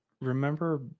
remember